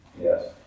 Yes